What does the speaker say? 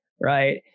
right